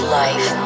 life